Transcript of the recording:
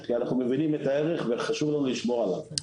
כי אנחנו מבינים את הערך וחשוב לנו לשמור עליו.